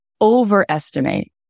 overestimate